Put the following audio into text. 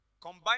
Combine